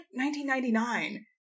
1999